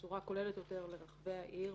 בצורה כוללת יותר לרחבי העיר.